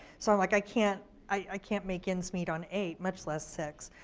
so um like i can't i can't make ends meet on eight, much less six.